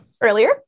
earlier